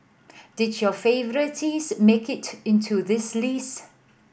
did your favourites make it into this list